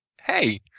Hey